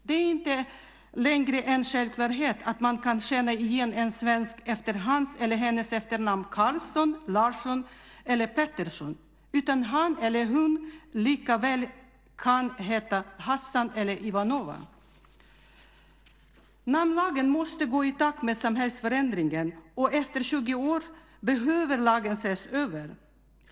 Det är inte längre en självklarhet att man kan känna igen en svensk på hans eller hennes efternamn Karlsson, Larsson eller Pettersson, utan han eller hon kan likaväl heta Hassan eller Ivanova. Namnlagen måste gå i takt med samhällsförändringen, och efter 20 år behöver lagen ses över.